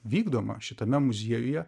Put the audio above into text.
vykdoma šitame muziejuje